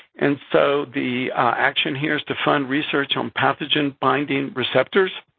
and so, the action here is to fund research on pathogen-binding receptors.